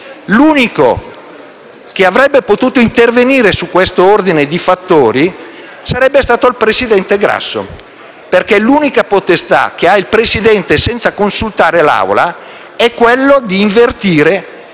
L'unico che avrebbe potuto intervenire su questo ordine di fattori sarebbe stato il presidente Grasso, perché l'unica potestà che ha il Presidente senza consultare l'Assemblea è quella di invertire gli